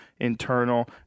internal